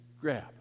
grab